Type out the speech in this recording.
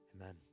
Amen